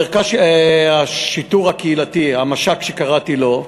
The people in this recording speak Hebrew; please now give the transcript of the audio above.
מרכז השיטור הקהילתי, המש"ק, שקראתי לו,